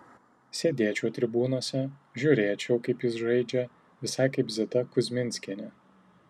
sėdėčiau tribūnose žiūrėčiau kaip jis žaidžia visai kaip zita kuzminskienė